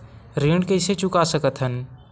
ऋण कइसे चुका सकत हन?